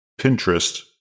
Pinterest